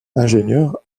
ingénieur